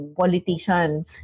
politicians